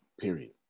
period